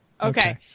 Okay